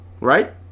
Right